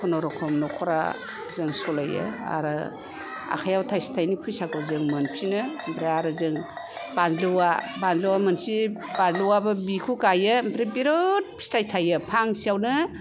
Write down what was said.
खुनुरुखुम नख'रा जों सलायो आरो आखायाव थाइसे थाइनै फैखाखौ जों मोनफिनो ओमफ्राय आरो जों बानलुवा बानलुवा मोनसे बानलुवाबो बिखौ गाइयो ओमफ्राय बिराथ फिथाइ थाइयो फांसेआवनो